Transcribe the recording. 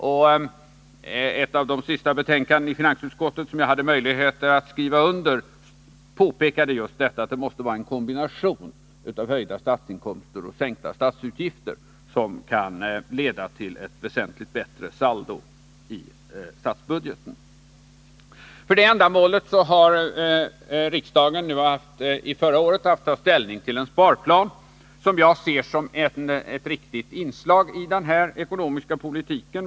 I ett av de sista betänkanden från finansutskottet som jag hade möjlighet att skriva under påpekades just att det måste vara en kombination av höjda statsinkomster och sänkta statsutgifter som kan leda till ett väsentligt bättre saldo i statsbudgeten. För detta ändamål hade riksdagen förra året att ta ställning till en sparplan, som jag ser som ett riktigt inslag i den här ekonomiska politiken.